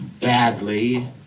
badly